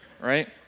right